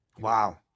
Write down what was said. Wow